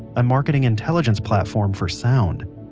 a marketing intelligence platform for sound.